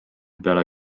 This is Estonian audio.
peale